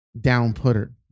down-putter